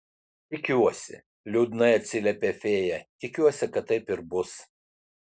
tikiuosi liūdnai atsiliepė fėja tikiuosi kad taip ir bus